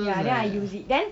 ya then I use it then